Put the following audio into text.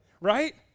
right